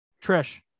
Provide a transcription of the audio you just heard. Trish